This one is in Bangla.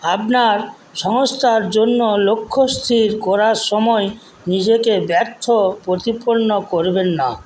আপনার সংস্থার জন্য লক্ষ্য স্থির করার সময় নিজেকে ব্যর্থ প্রতিপন্ন করবেন না